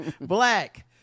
Black